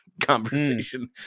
conversation